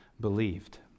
Believed